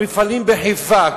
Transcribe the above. המפעלים בחיפה,